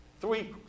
three